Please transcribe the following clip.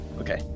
Okay